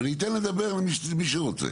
אני אתן לדבר למי שרוצה.